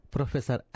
Professor